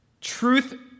truth